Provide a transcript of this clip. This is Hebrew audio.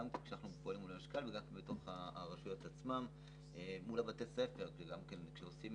מול המשכ"ל ומול בתי ספר כשעושים